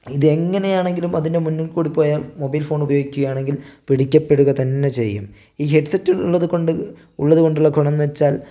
ഇതെങ്ങനെ ആണെങ്കിലും അതിൻ്റെ മുന്നിൽ കൂടെ പോയാൽ മൊബൈൽ ഫോൺ ഉപയോഗിക്കുക ആണെങ്കിൽ പിടിക്കപ്പെടുക തന്നെ ചെയ്യും ഈ ഹെഡ്സെറ്റ് ഉള്ളത് കൊണ്ട് ഉള്ളത് കൊണ്ടുള്ള ഗുണംന്ന് വെച്ചാൽ